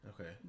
Okay